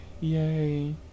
Yay